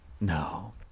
no